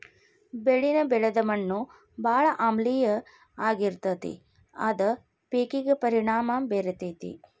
ಬೆಳಿನ ಬೆಳದ ಮಣ್ಣು ಬಾಳ ಆಮ್ಲೇಯ ಆಗಿರತತಿ ಅದ ಪೇಕಿಗೆ ಪರಿಣಾಮಾ ಬೇರತತಿ